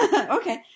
Okay